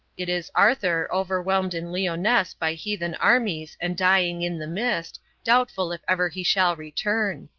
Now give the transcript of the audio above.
it is arthur, overwhelmed in lyonesse by heathen armies and dying in the mist, doubtful if ever he shall return.